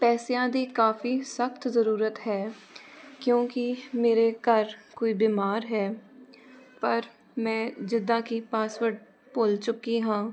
ਪੈਸਿਆਂ ਦੇ ਕਾਫੀ ਸਖਤ ਜ਼ਰੂਰਤ ਹੈ ਕਿਉਂਕਿ ਮੇਰੇ ਘਰ ਕੋਈ ਬਿਮਾਰ ਹੈ ਪਰ ਮੈਂ ਜਿੱਦਾਂ ਕਿ ਪਾਸਵਰਡ ਭੁੱਲ ਚੁੱਕੀ ਹਾਂ